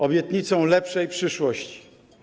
Obietnicą lepszej przyszłości.